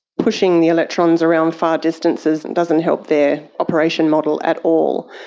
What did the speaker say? pushing the electrons around far distances and doesn't help their operation model at all.